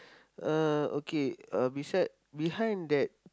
uh okay uh beside behind that